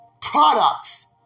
products